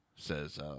Says